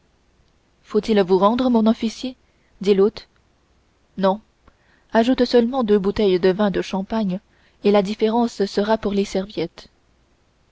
faut-il vous rendre mon officier dit l'hôte non ajoute seulement deux bouteilles de vin de champagne et la différence sera pour les serviettes